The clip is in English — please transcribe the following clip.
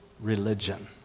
religion